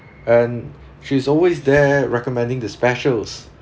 and she's always there recommending the specials